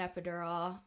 epidural